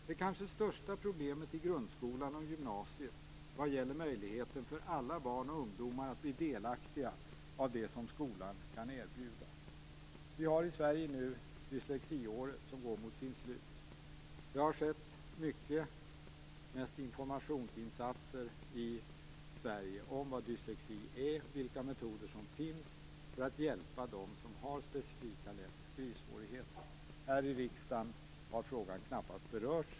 det kanske största problemet i grundskolan och gymnasiet vad gäller möjligheten för alla barn och ungdomar att bli delaktiga i det som skolan kan erbjuda? I Sverige går nu dyslexiåret mot sitt slut. Det har skett mycket, men mest har det varit fråga om insatser för att informera om vad dyslexi är och om vilka metoder som finns för att hjälpa dem som har specifika läsoch skrivsvårigheter. Här är i riksdagen har frågan knappast berörts.